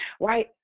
right